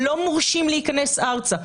לא מורשים להיכנס ארצה.